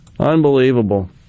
Unbelievable